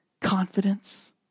confidence